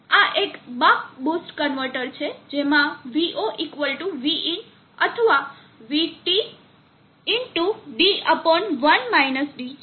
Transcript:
આ એક buck boost converter છે જેમાં V0Vin અથવા VTd1 d છે